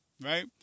right